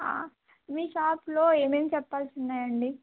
మీ షాప్లో ఏమేం చెప్పల్స్ ఉన్నాయండి